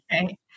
Okay